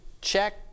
check